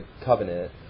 covenant